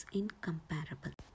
incomparable